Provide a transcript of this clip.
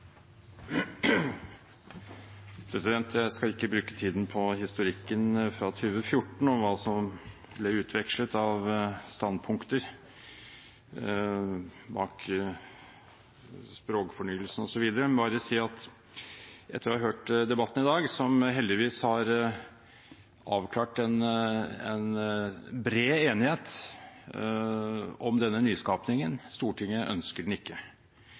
Jeg skal ikke bruke tiden på historikken fra 2014, om hva som ble utvekslet av standpunkter bak språkfornyelsen osv. Jeg skal bare si, etter å ha hørt debatten i dag, som heldigvis har avklart en bred enighet om denne nyskapningen: Stortinget ønsker den ikke.